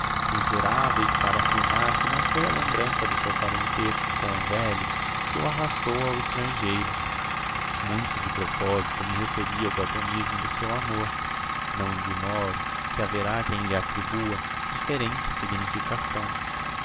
miseraveis para affirmar que não foi a lembrança do seu parentesco com o velho que o arrastou ao estrangeiro muito de proposito me referi ao platonismo do seu amor não ignoro que haverá quem lhe atribua differente significação